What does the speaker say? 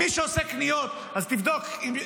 אז תבדוק.